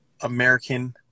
American